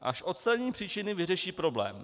Až odstraní příčiny, vyřeší problém.